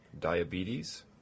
diabetes